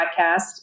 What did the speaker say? podcast